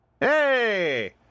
Hey